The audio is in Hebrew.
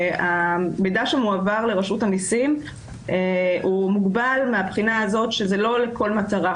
המידע שמועבר לרשות המסים מוגבל מבחינה זו שזה לא לכל מטרה.